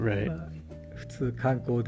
Right